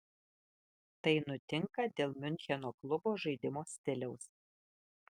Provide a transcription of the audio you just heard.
tai nutinka dėl miuncheno klubo žaidimo stiliaus